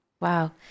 Wow